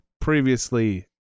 previously